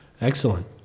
Excellent